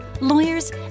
lawyers